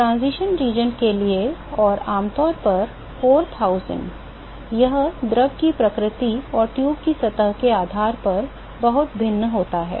संक्रमण क्षेत्र के लिए और आमतौर पर 4000 यह द्रव की प्रकृति और ट्यूब की सतह के आधार पर बहुत भिन्न होता है